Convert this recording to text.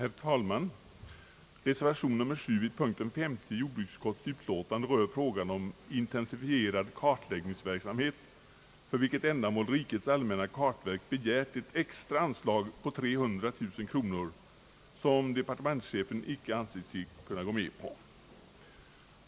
Herr talman! Reservationen vid punkten 50 i jordbruksutskottets utlåtande nr 1 rör frågan om intensifierad kartläggningsverksamhet, för vilket ändamål rikets allmänna kartverk begärt ett extra anslag på 300 000 kronor, som departementschefen icke ansett sig kunna gå med på.